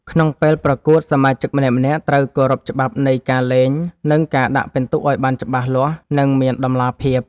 ក្នុងពេលប្រកួត សមាជិកម្នាក់ៗត្រូវគោរពច្បាប់នៃការលេង និងការដាក់ពិន្ទុឱ្យបានច្បាស់លាស់ និងមានតម្លាភាព។